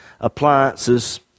appliances